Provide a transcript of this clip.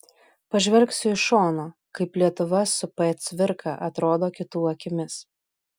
pažvelgsiu iš šono kaip lietuva su p cvirka atrodo kitų akimis